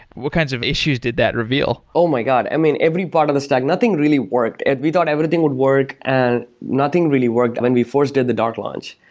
what kinds of issues did that reveal? oh my god! i mean, every part of the stack, nothing really worked. and we thought everything would work and nothing really worked when we first did the dark launch.